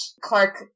Clark